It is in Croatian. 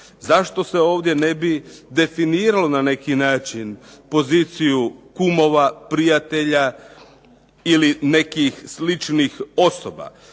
Zašto se ovdje ne bi definiralo na neki način poziciju kumova, prijatelja ili nekih sličnih osoba?